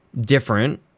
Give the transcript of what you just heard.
different